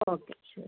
okay ശരി